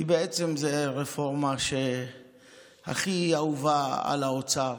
כי בעצם זו רפורמה שהכי אהובה על האוצר.